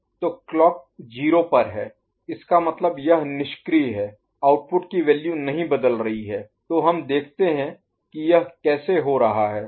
तो क्लॉक 0 पर है इसका मतलब यह इनएक्टिव है आउटपुट की वैल्यू नहीं बदल रही है तो हम देखते हैं कि यह कैसे हो रहा है